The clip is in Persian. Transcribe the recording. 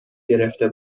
گرفته